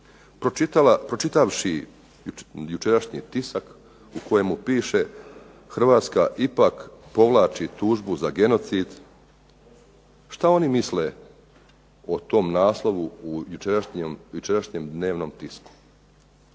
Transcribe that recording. pročitavši jučerašnji tisak u kojemu piše Hrvatska ipak povlači tužbu za genocid. Šta oni misle o tom naslovu u jučerašnjem dnevnom tisku?